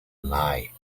lie